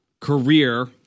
career